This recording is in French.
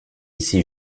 ici